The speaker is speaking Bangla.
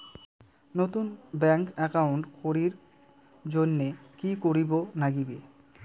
নতুন ব্যাংক একাউন্ট করির জন্যে কি করিব নাগিবে?